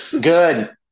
Good